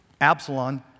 Absalom